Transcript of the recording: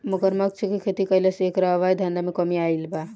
मगरमच्छ के खेती कईला से एकरा अवैध धंधा में कमी आईल बा